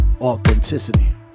authenticity